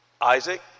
Isaac